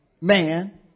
man